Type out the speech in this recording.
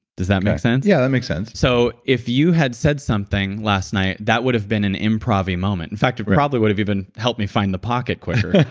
does that make sense? yeah, that makes sense so, if you had said something last night, that would have been an improv-y moment. in fact, it probably would have even helped me find the pocket quicker.